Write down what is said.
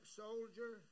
soldier